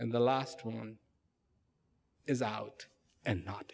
and the last one is out and not